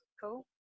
cool